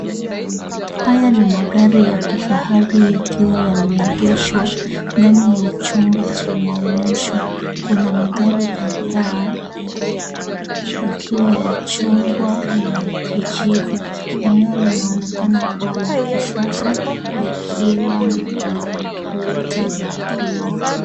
Haya ni magari ya kifahari yakiwa yameegeshwa ndani ya chumba cha maonyesho, kuna magari kadhaa ikiwa ya chungwa na ya kijivu eneo linaonekana kuwa la kisasa likiwa na kuta za kioo.